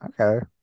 okay